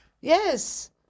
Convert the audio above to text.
Yes